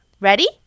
Ready